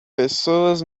pessoas